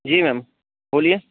जी ma'am बोलिए